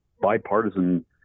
bipartisan